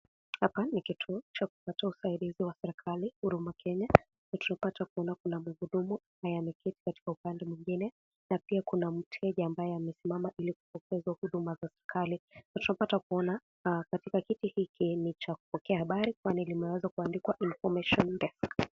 Hapa ni kituo cha kupata usaidizi wa serikali , huduma Kenya na tunapata kuona kuna mhudumu ambaye ameketi katika upande mwengine na pia kuna mteja ambaye amesimama ili kupokea hizo huduma za serikali na tuna pata kuona katika kiti hiki ni cha kupokea habari, kwani limeweza kuandikwa Information Desk .